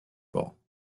ball